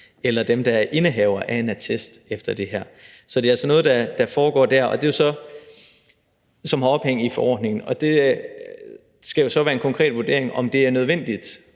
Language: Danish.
eller dem, der er indehavere af en attest ifølge det her. Så det er altså noget, der foregår der, og som har ophæng i forordningen. Det skal så være en konkret vurdering, om det er nødvendigt